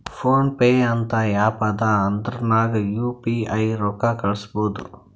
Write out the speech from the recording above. phone pay ಅಂತ app ಅದಾ ಅದುರ್ನಗ್ ಯು ಪಿ ಐ ರೊಕ್ಕಾ ಕಳುಸ್ಬೋದ್